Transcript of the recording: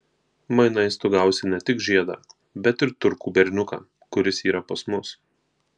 mainais tu gausi ne tik žiedą bet ir turkų berniuką kuris yra pas mus